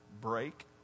break